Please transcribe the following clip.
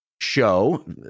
show